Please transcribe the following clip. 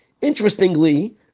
Interestingly